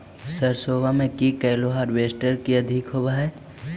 सरसोबा मे की कैलो हारबेसटर की अधिक होब है?